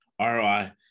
ROI